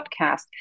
podcast